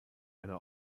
einer